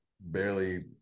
barely